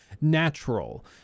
natural